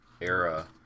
era